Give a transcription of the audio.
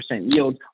yield